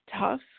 tough